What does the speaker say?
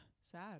Sad